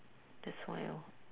that's why orh